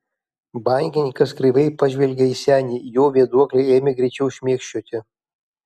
bankininkas kreivai pažvelgė į senį jo vėduoklė ėmė greičiau šmėkščioti